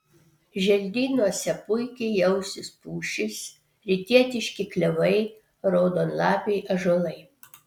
želdynuose puikiai jausis pušys rytietiški klevai raudonlapiai ąžuolai